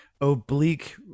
oblique